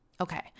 Okay